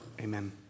Amen